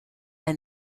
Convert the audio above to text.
and